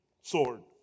sword